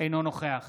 אינו נוכח